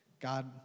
God